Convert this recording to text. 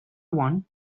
one